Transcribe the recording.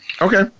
Okay